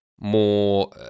more